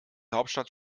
hauptstadt